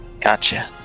Gotcha